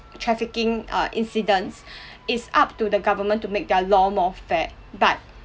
trafficking err incidents is up to the government to make their law more fair but